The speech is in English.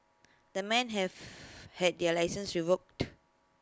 the men have had their licences revoked